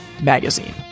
Magazine